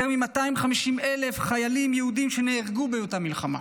יותר מ-250,000 חיילים יהודים נהרגו באותה מלחמה,